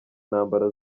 ntambara